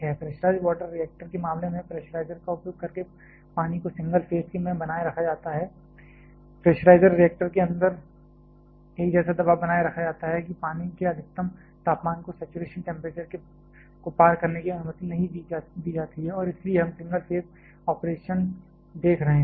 pressurised water reactor के मामले में प्रेशराइजर का उपयोग करके पानी को सिंगल फेज में बनाए रखा जाता है प्रेशराइज़र रिएक्टर के अंदर एक ऐसा दबाव बनाए रखता है कि पानी के अधिकतम तापमान को सैचुरेशन टेंपरेचर को पार करने की अनुमति नहीं दी जाती है और इसलिए हम सिंगल फेज ऑपरेशन देख रहे हैं